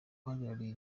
uhagarariye